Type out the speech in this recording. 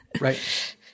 Right